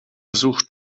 sucht